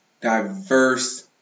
diverse